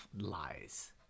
lies